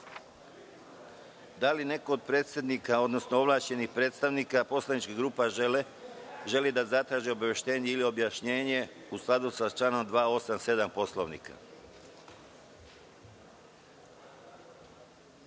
li neko od predsednika, odnosno ovlašćenih predstavnika poslaničkih grupa želi da zatraži obaveštenje ili objašnjenje u skladu sa članom 287. Poslovnika? Reč